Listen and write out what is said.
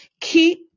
keep